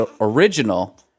original